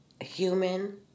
human